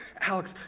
Alex